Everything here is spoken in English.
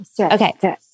Okay